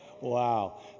Wow